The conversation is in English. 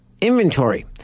inventory